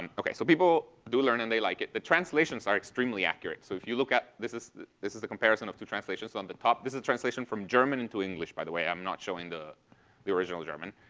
and okay. so people do learn and they like it. the translations are extremely accurate. so if you look at this is this is the comparison of the translations on the top. this is translation from german into english, by the way. i'm not showing the the original german.